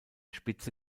spitze